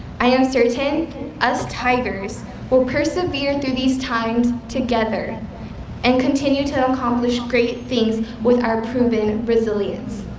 i am certain us tigers will persevere through these times together and continue to accomplish great things with our proven resilience.